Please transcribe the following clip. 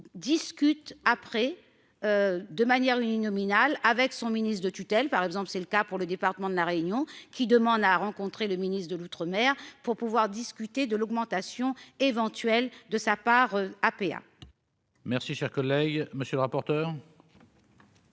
discute après de manière l'uninominal avec son ministre de tutelle, par exemple, c'est le cas pour le département de la réunion qui demande à rencontrer le ministre de l'Outre-mer pour pouvoir discuter de l'augmentation éventuelle de sa part APA. Merci, cher collègue, monsieur le rapporteur.